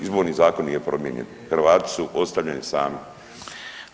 Izborni zakon nije promijenjen, Hrvati su ostavljeni sami.